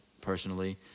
personally